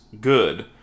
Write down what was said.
good